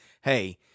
hey